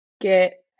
get